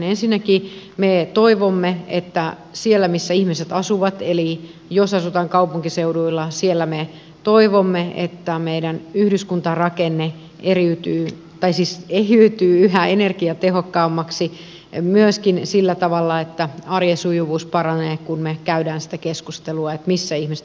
ensinnäkin me toivomme että siellä missä ihmiset asuvat eli jos asutaan kaupunkiseudulla meidän yhdyskuntarakenteemme eheytyy yhä energiatehokkaammaksi myöskin sillä tavalla että arjen sujuvuus paranee koskien sitä kun me käymme sitä keskustelua missä ihmiset liikkuvat ja asuvat